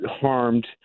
harmed